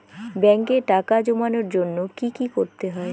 ব্যাংকে টাকা জমানোর জন্য কি কি করতে হয়?